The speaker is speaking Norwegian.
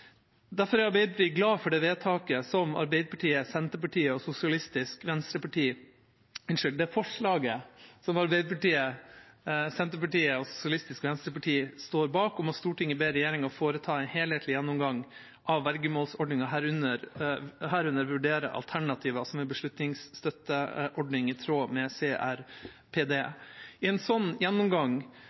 Derfor er Arbeiderpartiet glad for tilrådingen som Arbeiderpartiet, Senterpartiet og Sosialistisk Venstreparti står bak, om at «Stortinget ber regjeringen foreta en helhetlig gjennomgang av vergemålsordningen, herunder vurdere alternativer som en beslutningsstøtteordning i tråd med CRPD». I en sånn gjennomgang